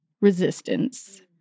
resistance